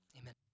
Amen